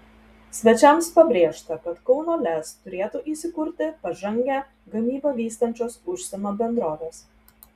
svečiams pabrėžta kad kauno lez turėtų įsikurti pažangią gamybą vystančios užsienio bendrovės